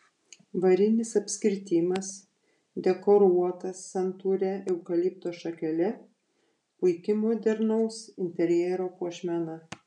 varinis apskritimas dekoruotas santūria eukalipto šakele puiki modernaus interjero puošmena